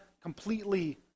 completely